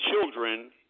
children